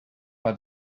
had